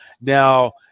now